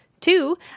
Two